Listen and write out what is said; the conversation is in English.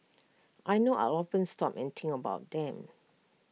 I know I'll often stop and think about them